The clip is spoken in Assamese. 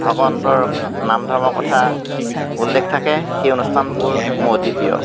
ভগৱন্তৰ নাম ধৰ্মৰ কথা উল্লেখ থাকে সেই অনুষ্ঠানবোৰ মোৰ অতি প্ৰিয়